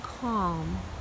calm